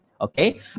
okay